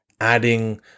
adding